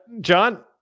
John